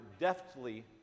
deftly